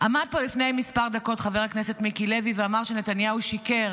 עמד פה לפני כמה דקות חבר הכנסת מיקי לוי ואמר שנתניהו שיקר